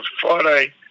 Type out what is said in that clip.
Friday